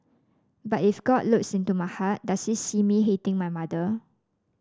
but if God looks into my heart does he see me hating my mother